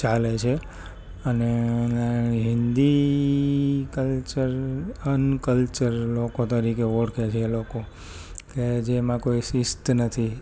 ચાલે છે અને હિન્દી કલ્ચર અનકલ્ચર લોકો તરીકે ઓળખે છે એ લોકો કે જેમાં કોઈ શિસ્ત નથી